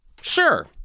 Sure